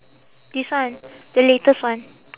this one the latest one